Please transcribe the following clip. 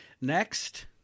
Next